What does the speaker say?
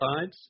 sides